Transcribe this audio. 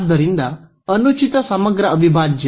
ಆದ್ದರಿಂದ ಅನುಚಿತ ಸಮಗ್ರ ಅವಿಭಾಜ್ಯ